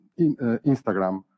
Instagram